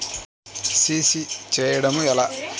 CC చేయడము ఎలా?